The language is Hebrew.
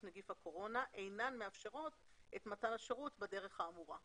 נגיף הקורונה אינן מאפשרות את מתן השירות בדרך האמורה".